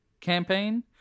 campaign